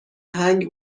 هنگ